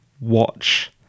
watch